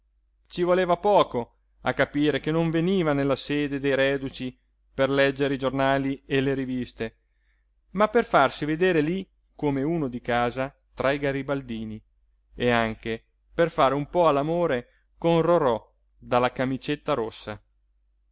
ci voleva poco a capire che non veniva nella sede dei reduci per leggere i giornali e le riviste ma per farsi vedere lí come uno di casa tra i garibaldini e anche per fare un po all'amore con rorò dalla camicetta rossa